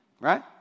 Right